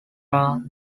are